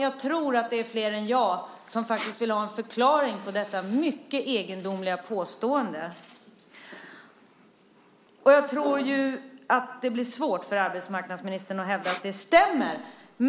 Jag tror att det är flera än jag som faktiskt vill ha en förklaring på detta mycket egendomliga påstående. Jag tror att det blir svårt för arbetsmarknadsministern att hävda att det stämmer.